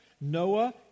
Noah